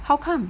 how come